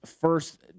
first